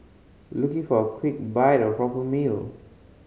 looking for a quick bite or a proper meal